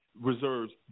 reserves